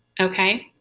okay.